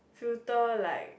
filter like